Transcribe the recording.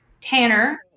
Tanner